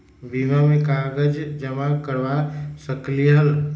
बीमा में कागज जमाकर करवा सकलीहल?